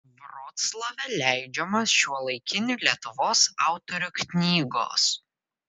vroclave leidžiamos šiuolaikinių lietuvos autorių knygos